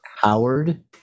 Howard